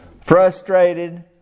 Frustrated